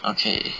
okay